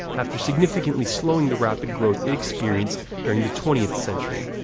after significantly slowing the rapid growth it experienced during the twentieth century.